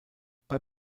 bei